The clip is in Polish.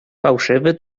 fałszywy